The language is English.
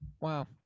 Wow